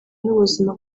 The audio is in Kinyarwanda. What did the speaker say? n’ubuzima